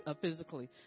physically